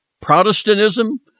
Protestantism